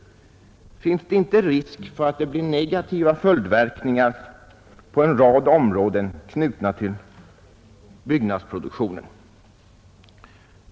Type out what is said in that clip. Finns det inte risk för att det blir negativa följdverkningar på en rad områden, knutna till byggnadsproduktionen?